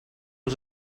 was